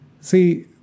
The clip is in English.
See